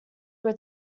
were